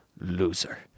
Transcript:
Loser